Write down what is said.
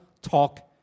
talk